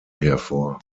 hervor